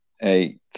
eight